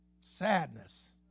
sadness